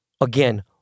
again